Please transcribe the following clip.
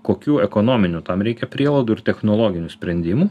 kokių ekonominių tam reikia prielaidų ir technologinių sprendimų